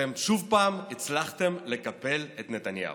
אתם שוב הצלחתם לקפל את נתניהו.